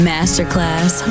Masterclass